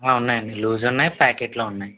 ఉన్నాయండి లూజు ఉన్నాయి ప్యాకెట్లు ఉన్నాయి